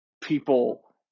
people